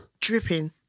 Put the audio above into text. dripping